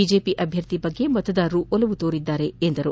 BJP ಅಭ್ಯರ್ಥಿ ಬಗ್ಗೆ ಮತದಾರರು ಒಲವು ತೋರಿದ್ದಾರೆ ಎಂದರು